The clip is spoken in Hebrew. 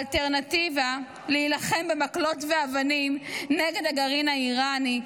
האלטרנטיבה להילחם במקלות ואבנים נגד הגרעין האיראני,